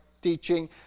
teaching